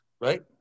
right